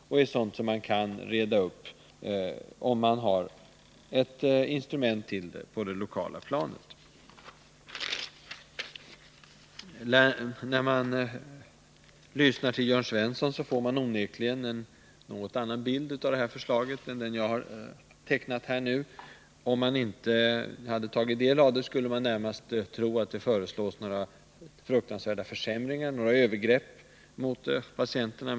Det är sådant som man kan reda upp, om det finns ett instrument på det lokala planet. När man lyssnar på Jörn Svensson, får man onekligen en något annan bild av detta förslag än den som jag har tecknat här. Om man inte hade tagit del av förslaget, skulle man närmast tro att det föreslås fruktansvärda försämringar och övergrepp mot patienterna.